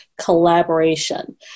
collaboration